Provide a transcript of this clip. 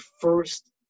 first